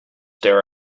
there